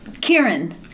Kieran